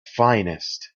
finest